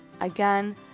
again